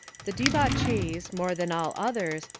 the debauchees, more than all others,